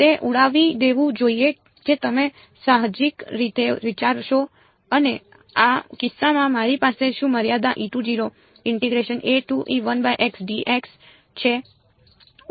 તે ઉડાવી દેવું જોઈએ જે તમે સાહજિક રીતે વિચારશો અને આ કિસ્સામાં મારી પાસે શું મર્યાદા ઓકે છે